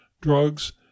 drugs